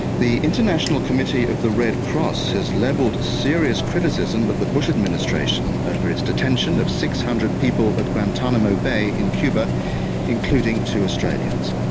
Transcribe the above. the international committee of the red cross has levelled serious criticism at but the bush administration over its detention of six hundred people at guantanamo bay in cuba including two australians.